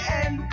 end